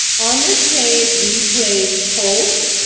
on this page we place posts,